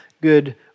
good